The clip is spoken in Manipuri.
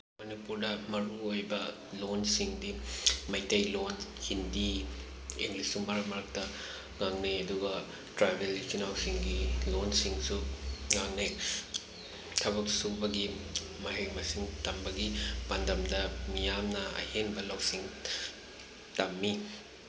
ꯃꯅꯤꯄꯨꯔꯗ ꯃꯔꯨꯑꯣꯏꯕ ꯂꯣꯟꯁꯤꯡꯗꯤ ꯃꯩꯇꯩꯂꯣꯟ ꯍꯤꯟꯗꯤ ꯏꯪꯂꯤꯁ ꯃꯔꯛ ꯃꯔꯛꯇ ꯉꯥꯡꯅꯩ ꯑꯗꯨꯒ ꯇ꯭ꯔꯥꯏꯕꯦꯜ ꯏꯆꯤꯜ ꯏꯅꯥꯎꯁꯤꯡꯒꯤ ꯂꯣꯟꯁꯤꯡꯁꯨ ꯉꯥꯡꯅꯩ ꯊꯕꯛ ꯁꯨꯕꯒꯤ ꯃꯍꯩ ꯃꯁꯤꯡ ꯇꯝꯕꯒꯤ ꯄꯥꯟꯗꯝꯗ ꯃꯤꯌꯥꯝꯅ ꯑꯍꯦꯟꯕ ꯂꯧꯁꯤꯡ ꯇꯝꯃꯤ